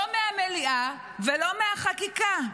לא מהמליאה ולא מהחקיקה.